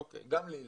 אוקיי, גם לי לא.